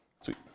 Sweet